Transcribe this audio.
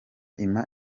impa